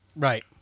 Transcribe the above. Right